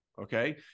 Okay